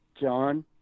John